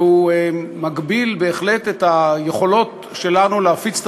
והוא מגביל בהחלט את היכולות שלנו להפיץ את